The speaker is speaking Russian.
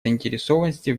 заинтересованности